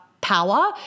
power